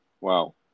Wow